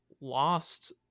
Lost